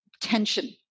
tension